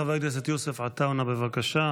חבר הכנסת יוסף עטאונה, בבקשה.